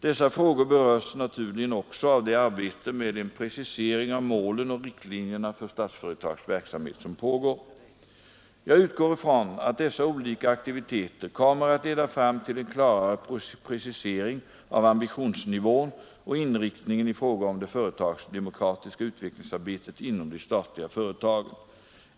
Dessa frågor berörs naturligen också av det arbete med en precisering av målen och riktlinjerna för Statsföretags verksamhet som pågår. Jag utgår från att dessa olika aktiviteter kommer att leda fram till en klarare precisering av ambitionsnivån och inriktningen i fråga om det företagsdemokratiska utvecklingsarbetet inom de statliga företagen.